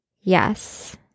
Yes